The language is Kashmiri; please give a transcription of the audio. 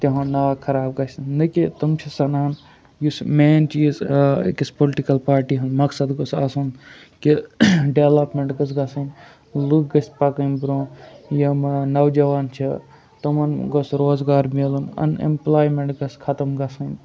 تِہُنٛد ناو خراب گژھِ نہ کہِ تٕم چھِ سَنان یُس مین چیٖز أکِس پُلٹِکَل پارٹی ہُنٛد مقصد گوٚژھ آسُن کہِ ڈیٚولَپمیٚنٛٹ گٔژھ گژھٕنۍ لُکھ گٔژھۍ پَکٕنۍ بروںٛہہ یِم نَوجوان چھِ تِمَن گوٚژھ روزگار مِلُن اَن ایٚمپلایمٮ۪نٛٹ گٔژھ ختم گژھٕنۍ